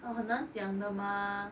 orh 很难讲的吗